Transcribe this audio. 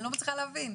אני לא מצליחה להבין,